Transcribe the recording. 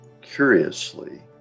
curiously